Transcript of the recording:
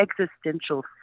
existential